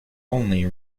only